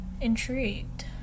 intrigued